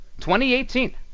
2018